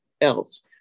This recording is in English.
else